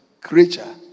creature